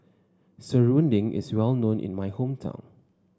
Serunding is well known in my hometown